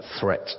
Threat